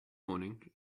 morning